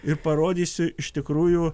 ir parodysiu iš tikrųjų